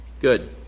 good